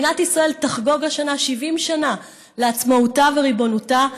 מדינת ישראל תחגוג השנה 70 שנה לעצמאותה וריבונותה,